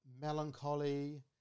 melancholy